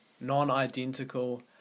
non-identical